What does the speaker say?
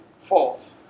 fault